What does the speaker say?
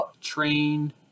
train